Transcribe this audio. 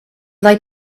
like